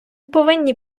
повинні